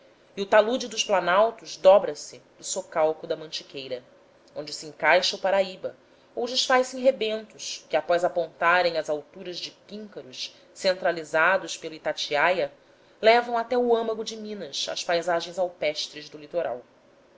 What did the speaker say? e o talude dos planaltos dobra se no socalco da mantiqueira onde se encaixa o paraíba ou desfaz-se em rebentos que após apontarem as alturas de píncaros centralizados pelo itatiaia levam até ao âmago de minas as paisagens alpestres do litoral